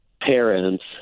parents